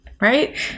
Right